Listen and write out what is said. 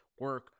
Work